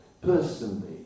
personally